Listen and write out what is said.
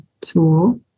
tool